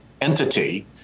entity